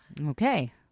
Okay